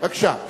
בבקשה.